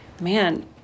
man—